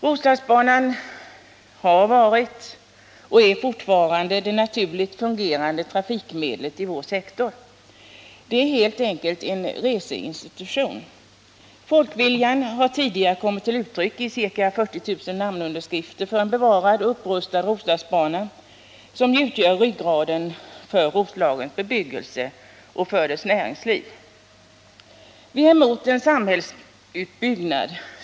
Roslagsbanan har varit och är fortfarande det naturligt fungerande trafikmedlet i vår sektor. Den är helt enkelt en ”reseinstitution”. Folkviljan har tidigare kommit till uttryck i ca 40 000 namnunderskrifter för en bevarad och upprustad Roslagsbana, som ju utgör ryggraden för Roslagens bebyggelse och näringsliv. Vi är emot en samhällsutbyggnad.